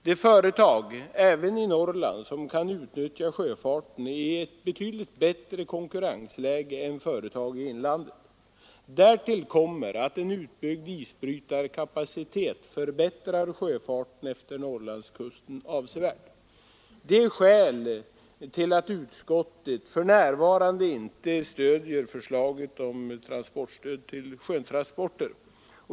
De företag, även i Norrland, som kan utnyttja sjöfarten är i ett betydligt bättre konkurrensläge än företag i inlandet. Därtill kommer att en utbyggd isbrytarkapacitet förbättrar sjöfarten efter Norrlandskusten avsevärt. Detta är skäl till att utskottet för närvarande inte stöder förslaget om transportstöd till sjötransporter.